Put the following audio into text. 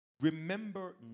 Remember